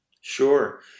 Sure